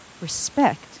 respect